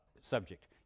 subject